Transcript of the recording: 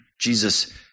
Jesus